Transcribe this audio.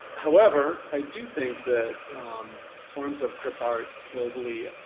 however, i do think that forms of crip art globally